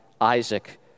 Isaac